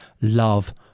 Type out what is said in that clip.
Love